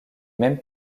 même